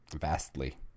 Vastly